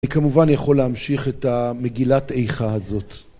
אני כמובן יכול להמשיך את המגילת איכה הזאת.